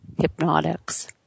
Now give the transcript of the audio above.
hypnotics